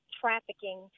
trafficking